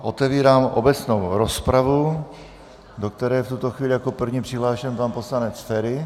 Otevírám obecnou rozpravu, do které je v tuto chvíli jako první přihlášen pan poslanec Feri.